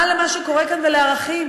מה למה שקורה כאן ולערכים?